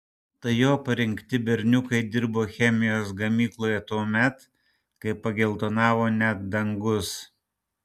tai jo parinkti berniukai dirbo chemijos gamykloje tuomet kai pageltonavo net dangus